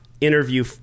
interview